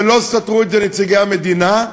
ולא סתרו את זה נציגי המדינה,